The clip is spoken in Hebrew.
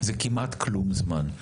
זה כמעט כלום זמן.